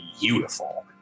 beautiful